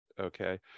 okay